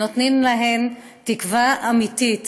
ונותנים להן תקווה אמיתית,